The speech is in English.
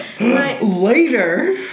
Later